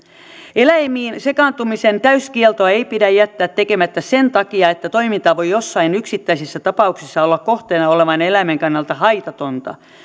eläimiin sekaantumisen täyskieltoa ei pidä jättää tekemättä sen takia että toiminta voi joissain yksittäisissä tapauksissa olla kohteena olevan eläimen kannalta haitatonta